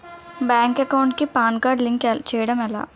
Bank account కి PAN card link చేయడం ఎలా?